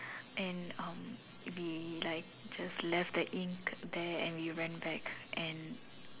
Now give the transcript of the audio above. and um we like just left the ink there and we ran back and